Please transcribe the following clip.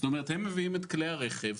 זאת אומרת, הם מביאים את כלי הרכב.